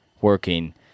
working